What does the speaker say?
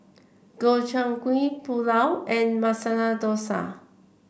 Gobchang Gui Pulao and Masala Dosa